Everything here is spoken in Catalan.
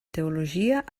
teologia